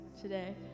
today